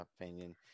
opinion